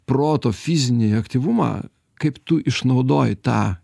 proto fizinį aktyvumą kaip tu išnaudoji tą